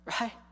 right